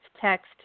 text